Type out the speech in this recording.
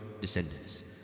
descendants